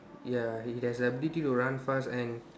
ya he has the ability to run fast and